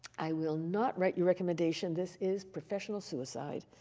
i will not write your recommendation. this is professional suicide.